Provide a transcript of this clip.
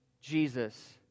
Jesus